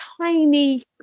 tiny